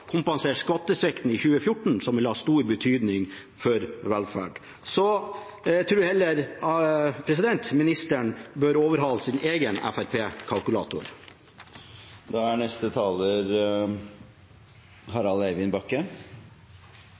i 2014, som vil ha stor betydning for velferd. Jeg tror heller ministeren bør overhale sin Fremskrittsparti-kalkulator. Jeg kommer fra Oppland, og Oppland er